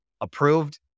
approved